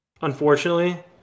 unfortunately